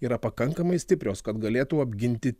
yra pakankamai stiprios kad galėtų apginti